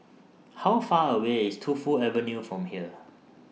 How Far away IS Tu Fu Avenue from here